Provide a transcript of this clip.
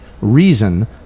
reason